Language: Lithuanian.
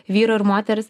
vyro ir moteris